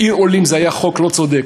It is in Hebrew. "עיר עולים" היה חוק לא-צודק,